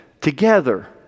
Together